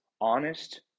honest